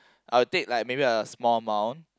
I will take like maybe a small amount